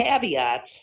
caveats